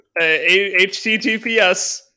HTTPS